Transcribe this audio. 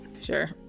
sure